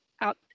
Out